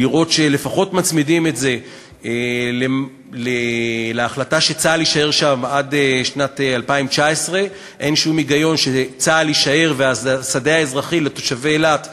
לראות שלפחות מצמידים את זה להחלטה שצה"ל יישאר שם עד שנת 2019. אין שום היגיון שצה"ל יישאר והשדה האזרחי לתושבי אילת ייסגר.